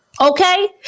okay